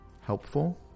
helpful